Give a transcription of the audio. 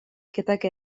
gydag